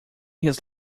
his